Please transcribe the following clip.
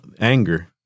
anger